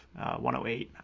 108